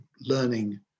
learning